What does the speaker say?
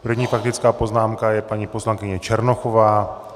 První faktická poznámka je paní poslankyně Černochová.